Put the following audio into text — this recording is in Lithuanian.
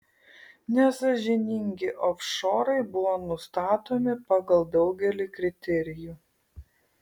nesąžiningi ofšorai buvo nustatomi pagal daugelį kriterijų